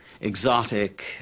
exotic